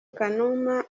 kanuma